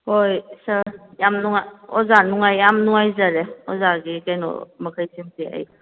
ꯍꯣꯏ ꯁꯥꯔ ꯌꯥꯝ ꯑꯣꯖꯥ ꯅꯨꯡꯉꯥꯏ ꯌꯥꯝ ꯅꯨꯡꯉꯥꯏꯖꯔꯦ ꯑꯣꯖꯥꯒꯤ ꯀꯩꯅꯣ ꯃꯈꯩꯁꯤꯡꯁꯤ ꯑꯩ